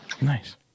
Nice